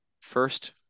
first